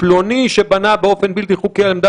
פלוני שבנה באופן בלתי חוקי על אדמות